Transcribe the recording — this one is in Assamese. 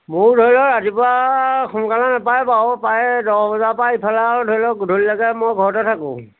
মোৰ ধৰি লওক ৰাতিপুৱা সোনকালে নাপায় বাৰু পায় দহ বজাৰ পা ইফালে ধৰি লওক গধূলি লৈকে মই ঘৰতে থাকোঁ